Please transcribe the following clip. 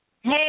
Hey